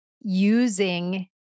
using